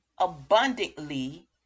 abundantly